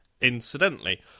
Incidentally